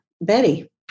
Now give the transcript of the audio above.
Betty